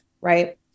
right